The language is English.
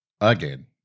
again